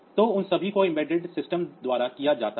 तो उन सभी को एम्बेडेड सिस्टम द्वारा किया जाता है